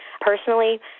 personally